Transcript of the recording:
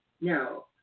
No